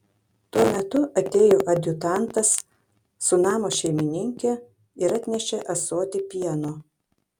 tuo metu atėjo adjutantas su namo šeimininke ir atnešė ąsotį pieno